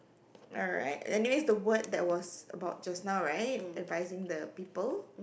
alright anyways the word that was about just now right advising the people